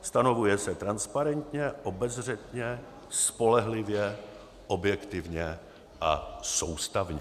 Stanovuje se transparentně, obezřetně, spolehlivě, objektivně a soustavně.